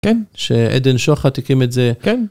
כן. שאדן שוחט הקים את זה. כן.